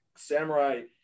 Samurai